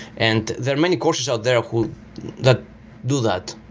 and there are many courses out there that do that,